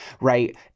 right